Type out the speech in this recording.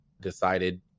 decided